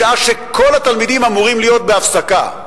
בשעה שכל התלמידים אמורים להיות בהפסקה.